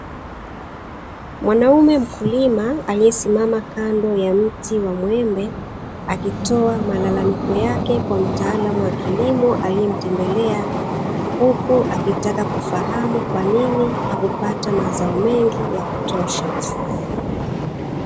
Mwanamume mkulima aliyesimama kando ya mti wa mwembe akitoa malalamiko yake kwa mtaalamu wa kilimo aliyemtembelea, huku akitaka kufahamu kwa nini hakupata mazao mengi ya kutosha.